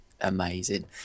amazing